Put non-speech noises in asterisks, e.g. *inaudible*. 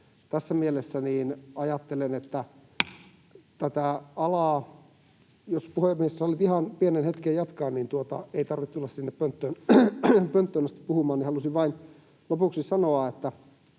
Tässä mielessä ajattelen, että *noise* tätä alaa... — Jos, puhemies, sallitte ihan pienen hetken jatkaa, niin ei tarvitse tulla sinne pönttöön asti puhumaan. Halusin vain lopuksi sanoa,